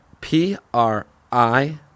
P-R-I